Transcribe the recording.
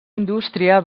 indústria